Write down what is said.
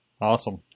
Awesome